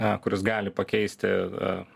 a kuris gali pakeisti a